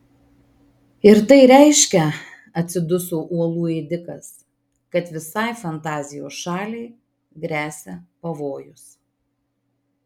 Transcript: ir tai reiškia atsiduso uolų ėdikas kad visai fantazijos šaliai gresia pavojus